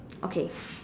okay